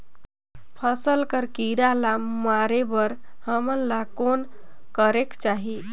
फसल कर कीरा ला मारे बर हमन ला कौन करेके चाही?